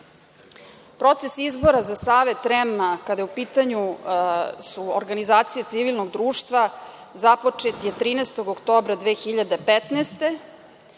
izbora za Savet REM kada su u pitanju organizacije civilnog društva započet je 13. oktobra 2015.